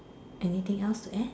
anything else to add